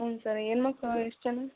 ಹ್ಞೂ ಸರ್ ಹೆಣ್ಮಕ್ಳ ಎಷ್ಟು ಜನ